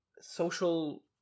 social